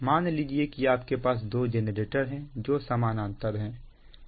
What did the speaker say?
मान लीजिए कि आपके पास दो जेनरेटर है जो समानांतर है